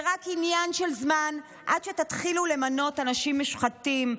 זה רק עניין של זמן עד שתתחילו למנות אנשים מושחתים,